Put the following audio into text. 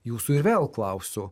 jūsų ir vėl klausiu